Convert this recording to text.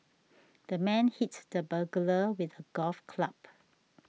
the man hit the burglar with a golf club